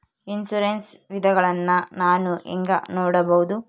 Insurance ವಿಧಗಳನ್ನ ನಾನು ಹೆಂಗ ನೋಡಬಹುದು?